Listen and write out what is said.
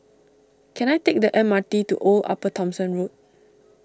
can I take the M R T to Old Upper Thomson Road